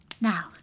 Now